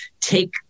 take